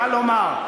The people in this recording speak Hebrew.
מה לומר.